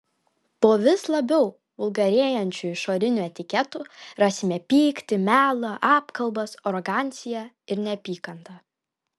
po vis labiau vulgarėjančiu išoriniu etiketu rasime pyktį melą apkalbas aroganciją ir neapykantą